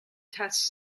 test